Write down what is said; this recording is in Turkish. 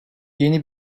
yeni